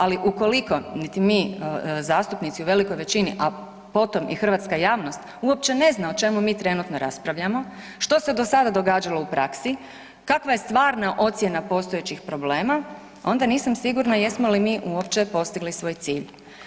Ali, ukoliko niti mi zastupnici u velikoj većini, a potom i hrvatska javnost, uopće ne zna o čemu mi trenutno raspravljamo, što se do sada događalo u praksi, kakva je stvarna ocjena postojećih problema, onda nisam sigurna jesmo li mi uopće postigli svoj cilj.